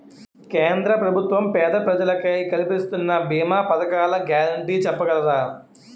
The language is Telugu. కేంద్ర ప్రభుత్వం పేద ప్రజలకై కలిపిస్తున్న భీమా పథకాల గ్యారంటీ చెప్పగలరా?